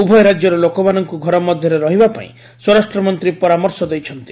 ଉଭୟ ରାଜ୍ୟର ଲୋକମାନଙ୍କୁ ଘର ମଧ୍ୟରେ ରହିବା ପାଇଁ ସ୍ୱରାଷ୍ଟ୍ରମନ୍ତ୍ରୀ ପରାମର୍ଶ ଦେଇଛନ୍ତି